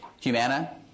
Humana